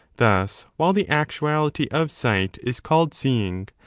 thus, while the actuality of sight is called seeing,